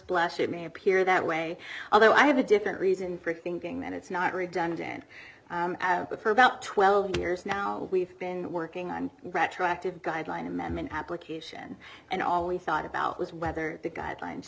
blush it may appear that way although i have a different reason for thinking that it's not redundant but for about twelve years now we've been working on retroactive guideline amendment application and always thought about was whether the guidelines